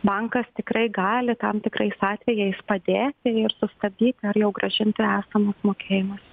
bankas tikrai gali tam tikrais atvejais padėti ir sustabdyti ar jau grąžinti esamus mokėjimus